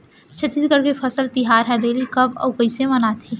छत्तीसगढ़ के फसल तिहार हरेली कब अउ कइसे मनाथे?